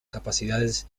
capacidades